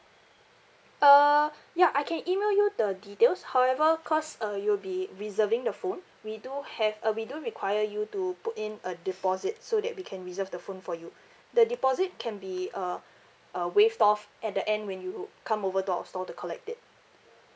uh ya I can email you the details however cause uh you will be reserving the phone we do have uh we do require you to put in a deposit so that we can reserve the phone for you the deposit can be uh uh waived off at the end when you come over to our store to collect it